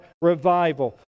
revival